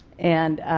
and